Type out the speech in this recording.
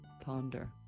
ponder